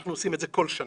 אנחנו עושים את זה כל שנה.